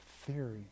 theory